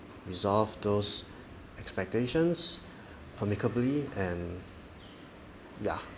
resolve those expectations amicably and yeah